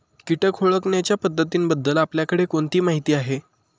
कीटक ओळखण्याच्या पद्धतींबद्दल आपल्याकडे कोणती माहिती आहे?